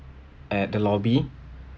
at the lobby